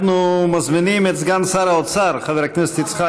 אנחנו מזמינים את סגן שר האוצר חבר הכנסת יצחק